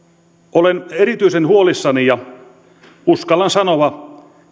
olen erityisen huolissani ja uskallan sanoa